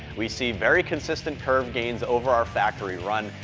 we see very consistent curve gains over our factory run.